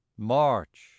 march